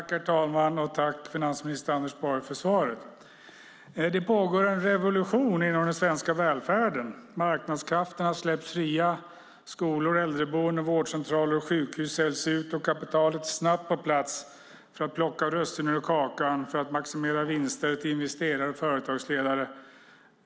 Herr talman! Tack för svaret, finansminister Anders Borg! Det pågår en revolution inom den svenska välfärden. Marknadskrafterna släpps fria. Skolor, äldreboenden, vårdcentraler och sjukhus säljs ut, och kapitalet är snabbt på plats för att plocka russinen ur kakan och maximera vinster till investerare och företagsledare.